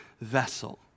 vessel